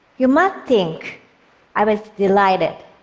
you might think i was delighted.